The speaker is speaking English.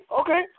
okay